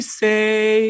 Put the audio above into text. say